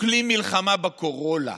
הוא כלי מלחמה בקורונה,